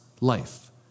life